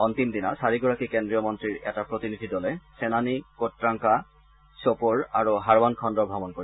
অস্তিম দিনা চাৰিগৰাকী কেন্দ্ৰীয় মন্ত্ৰীৰ এটা প্ৰতিনিধি দলে চেনানী কট্টাংকা ছুপুৰ আৰু হাৰৱান খণ্ড উন্নয়ন ভ্ৰমণ কৰিব